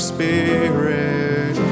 Spirit